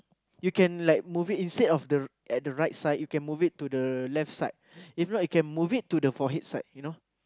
you can like move it instead of the at the right side you can move it to the left side if not you can move it to the forehead side you know